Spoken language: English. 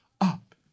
up